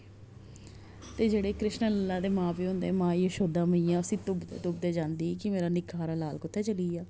ते जेह्डे़ कृष्ण लला दे मां प्योऽ होंदे मां यशोदा मैया उसी तुप्पदे तुप्पदे जंदी कि मेरा नि'क्का हारा लाल कु'त्थें चली गेआ